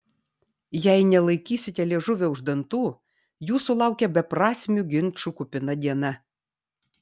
jei nelaikysite liežuvio už dantų jūsų laukia beprasmių ginčų kupina diena